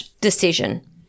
decision